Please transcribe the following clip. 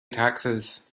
taxes